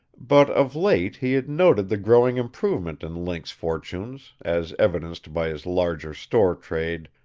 but of late he had noted the growing improvement in link's fortunes, as evidenced by his larger store trade,